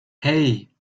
hey